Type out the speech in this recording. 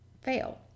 fail